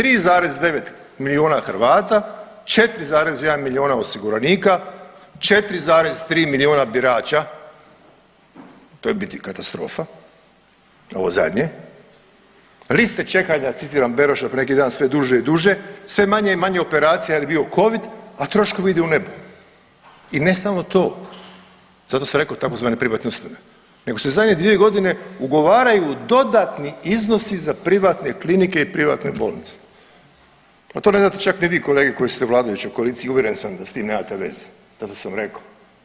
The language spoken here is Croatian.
3,9 milijuna Hrvata, 4,1 milijuna osiguranika, 4,3 milijuna birača to je u biti katastrofa, ovo zadnje, liste čekanja citiram Beroša, od neki dan sve duže i duže, sve manje i manje operacija jel je bio covid, a troškovi idu u nebo i ne samo to, zato sam rekao tzv. privatne usluge, nego se u zadnje 2.g. ugovaraju dodatni iznosi za privatne klinike i privatne bolnice, o tome ne znate čak ni vi kolege koji ste u vladajućoj koaliciji, uvjeren sam da s tim nemate veze, zato sam i rekao.